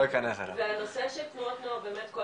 זה --- הנושא של תנועות הנוער זה